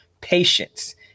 patience